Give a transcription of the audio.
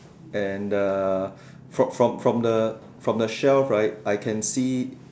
and the from from from the from the shelf right I can see